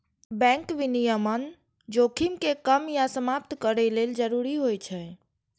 bank विनियमन जोखिम कें कम या समाप्त करै लेल जरूरी होइ छै